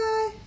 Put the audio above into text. Bye